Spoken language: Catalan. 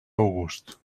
august